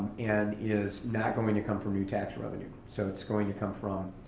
and is not going to come from your tax revenues. so it's going to come from